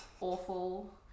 Awful